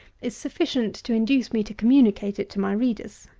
is sufficient to induce me to communicate it to my readers.